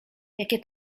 jakie